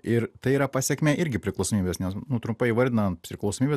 ir tai yra pasekmė irgi priklausomybės nes nu trupai įvardinant priklausomybė